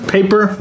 Paper